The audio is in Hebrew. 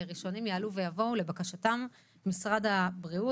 ראשונים ידברו משרד הבריאות.